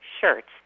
shirts